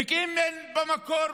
ואם אין במקור,